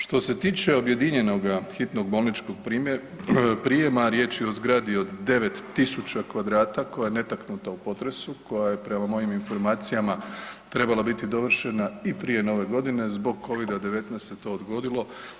Što se tiče objedinjenoga hitnog bolničkog prijema riječ je o zgradi od 9000 kvadrata koja je netaknuta u potresu, koja je prema mojim informacijama trebala biti dovršena i prije Nove godine, zbog covida-19 se to odgodilo.